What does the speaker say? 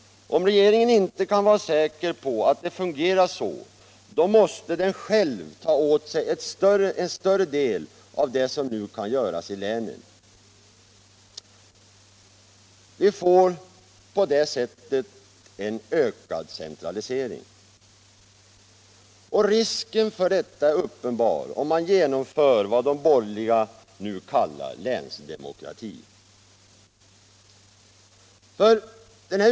Om regeringen inte kan vara säker på att det fungerar så, då måste den själv ta på sig en större del av det som nu kan göras i länen. Vi får på det sättet en ökad centralisering. Risken för det är uppenbar om man genomför vad de borgerliga nu kallar länsdemokrati.